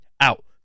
out